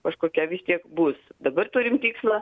kažkokia vis tiek bus dabar turim tikslą